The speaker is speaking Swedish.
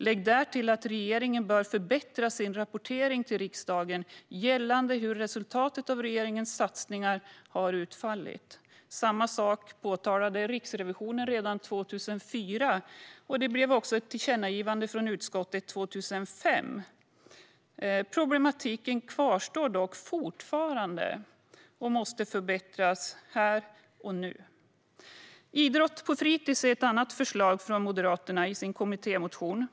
Lägg därtill att regeringen bör förbättra sin rapportering till riksdagen gällande hur resultatet av regeringens satsningar har utfallit. Samma sak påtalade Riksrevisionen redan 2004. Det blev också ett tillkännagivande från utskottet 2005. Problematiken kvarstår dock fortfarande, och situationen måste förbättras här och nu. Idrott på fritis är ett annat förslag som Moderaterna föreslår i sin kommittémotion.